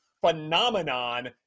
phenomenon